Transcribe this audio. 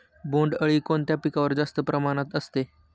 बोंडअळी कोणत्या पिकावर जास्त प्रमाणात असते?